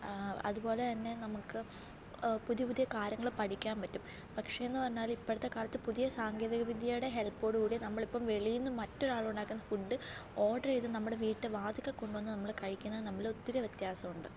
അതുപോലെ തന്നെ നമുക്ക് പുതിയ പുതിയ കാര്യങ്ങൾ പഠിക്കാൻ പറ്റും പക്ഷേന്ന് പറഞ്ഞാൽ ഇപ്പോഴത്തെ കാലത്ത് പുതിയ സാങ്കേതിക വിദ്യയുടെ ഹെൽപോടുകൂടി നമ്മളിപ്പം വെളീന്ന് മറ്റൊരാളുണ്ടാക്കുന്ന ഫുഡ് ഓർഡർ ചെയ്ത് നമ്മുടെ വീട്ട് വാതിൽക്കൽ കൊണ്ടുവന്ന് നമ്മൾ കഴിക്കുന്ന നമ്മൾ ഒത്തിരി വ്യത്യാസമുണ്ട്